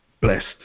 blessed